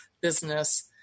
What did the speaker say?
business